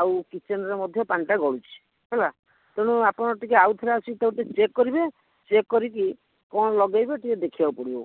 ଆଉ କିଚେନ୍ରେ ମଧ୍ୟ ପାଣିଟା ଗଳୁଛି ହେଲା ତେଣୁ ଆପଣ ଟିକିଏ ଆଉ ଥରେ ଆସି ତାକୁ ଟିକିଏ ଚେକ୍ କରିବେ ଚେକ୍ କରିକି କ'ଣ ଲଗାଇବେ ଟିକିଏ ଦେଖିବାକୁ ପଡ଼ିବ